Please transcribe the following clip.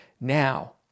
now